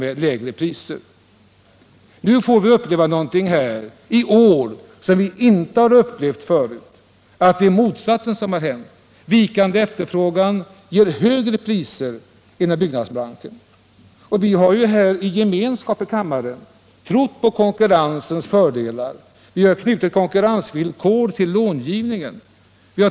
Nu får vi i år uppleva motsatsen, något som inte inträffat förut, nämligen att vikande efterfrågan ger högre priser inom byggbranschen. Vi har alla i kammaren trott på konkurrensens fördelar. Vi har knutit konkurrensvillkor till långivningen.